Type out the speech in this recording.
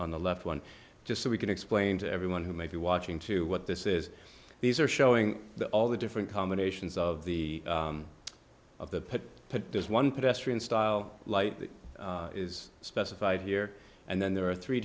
on the left one just so we can explain to everyone who may be watching to what this is these are showing the all the different combinations of the of the there's one pedestrian style light that is specified here and then there are three